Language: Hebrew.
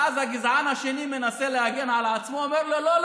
ואז הגזען השני מנסה להגן על עצמו ואומר: לא,